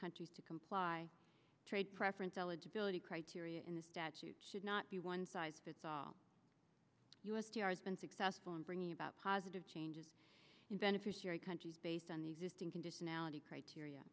countries to comply trade preference eligibility criteria in the statute should not be one size fits all u s t r been successful in bringing about positive changes in beneficiary countries based on the existing conditionality criteria